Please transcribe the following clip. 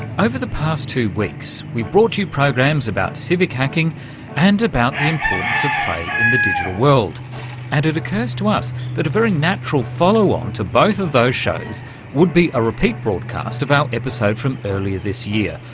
over the past two weeks we've brought you programmes about civic hacking and about the importance of play in the digital world and it occurs to us that a very natural follow-on to both of those shows would be a repeat broadcast of our episode from earlier this year,